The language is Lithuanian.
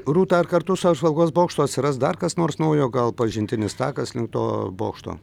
rūta kartu su apžvalgos bokštu atsiras dar kas nors naujo gal pažintinis takas link to bokšto